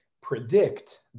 predict